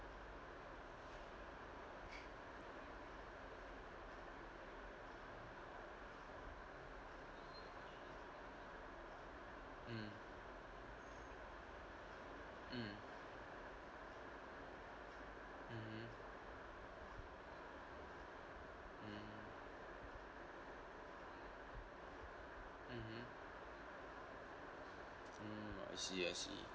mm mm mmhmm mm mmhmm mm I see I see